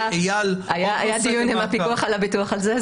היה דיון עם הפיקוח על הביטוח על זה.